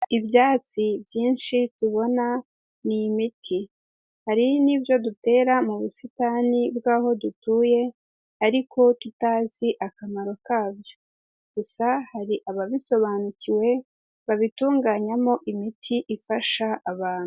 Ibyatsi byinshi tubona ni imiti, hari n'ibyo dutera mu busitani bw'aho dutuye ariko tutazi akamaro kabyo, gusa hari ababisobanukiwe babitunganyamo imiti ifasha abantu.